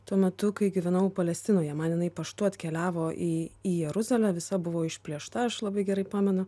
tuo metu kai gyvenau palestinoje man jinai paštu atkeliavo į į jeruzalę visa buvo išplėšta aš labai gerai pamenu